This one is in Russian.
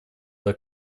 для